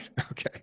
Okay